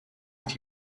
with